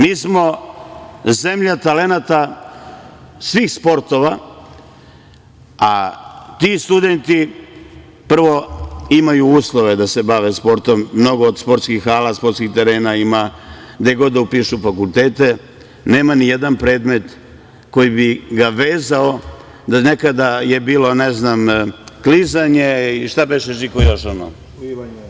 Mi smo zemlja talenata svih sportova, a ti studenti prvo imaju uslove da se bave sportom, mnogo sportskih hala, sportskih terena ima, gde god da upišu fakultet, nema ni jedan predmet koji bi ga vezao, nekada je bilo klizanje i plivanje.